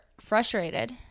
frustrated